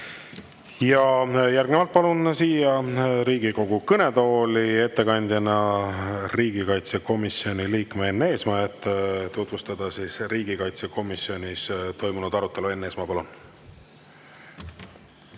Järgnevalt palun siia Riigikogu kõnetooli ettekandeks riigikaitsekomisjoni liikme Enn Eesmaa, et tutvustada riigikaitsekomisjonis toimunud arutelu. Enn Eesmaa, palun!